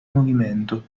movimento